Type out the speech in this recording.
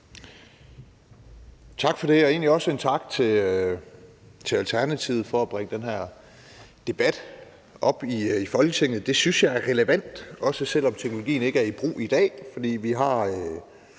Tak for det, og egentlig også en tak til Alternativet for at bringe den her debat op i Folketinget. Det synes jeg er relevant, også selv om teknologien ikke er i brug i dag, for vi har